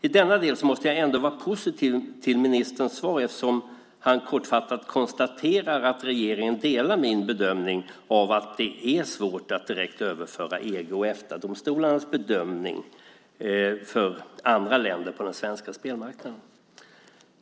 I denna del måste jag ändå ställa mig positiv till ministerns svar, eftersom han kortfattat konstaterar att regeringen delar min bedömning att det är svårt att på den svenska spelmarknaden direkt överföra EG och Eftadomstolarnas bedömning för andra länder.